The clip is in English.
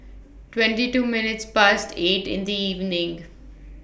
twenty two minutes Past eight in The evening